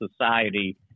society